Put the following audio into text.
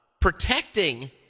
Protecting